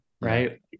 right